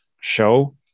show